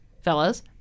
fellas